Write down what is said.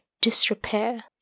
disrepair